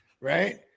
right